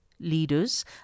Leaders